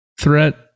threat